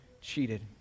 cheated